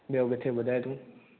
ॿियो किथे ॿुधाए तूं